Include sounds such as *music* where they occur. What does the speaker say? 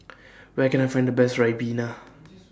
Where Can I Find The Best Ribena *noise*